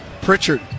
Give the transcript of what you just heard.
pritchard